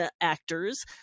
actors